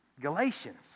Galatians